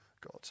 God